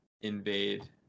invade